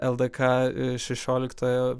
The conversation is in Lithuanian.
ldk šešioliktojo